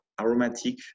aromatic